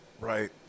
Right